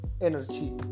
energy